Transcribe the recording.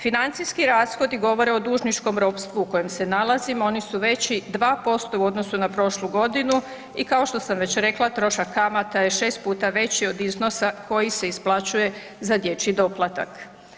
Financijski rashodi govore o dužničkom ropstvu u koje se nalazimo oni su veći 2% u odnosu na prošlu godinu i kao što sam već rekla trošak kamata je 6 puta veći od iznos koji se isplaćuje za dječji doplatak.